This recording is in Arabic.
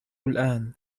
الآن